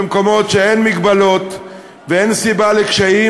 במקומות שאין מגבלות ואין סיבה לקשיים